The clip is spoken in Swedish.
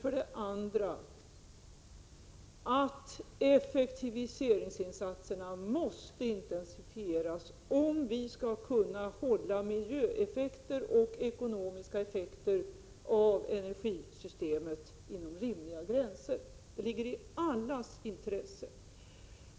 För det andra måste effektiviseringsinsatserna intensifieras, om miljöeffekter och ekonomiska effekter av energisystemet skall kunna hållas inom rimliga gränser — det ligger i allas intresse.